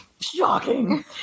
shocking